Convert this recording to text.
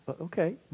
Okay